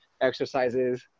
exercises